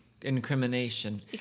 Incrimination